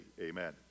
amen